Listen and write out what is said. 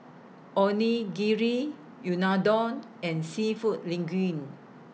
Onigiri Unadon and Seafood Linguine